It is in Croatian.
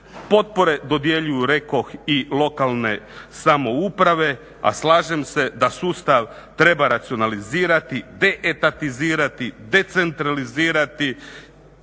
Potpore dodjeljuju rekoh i lokalne samouprave, a slažem se da sustav treba racionalizirati, deetatizirati, decentralizirati,